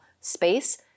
space